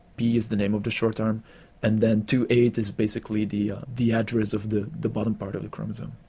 b is the name of the short arm and then twenty eight is basically the ah the address of the the bottom part of the chromosome.